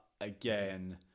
again